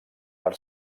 per